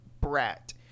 brat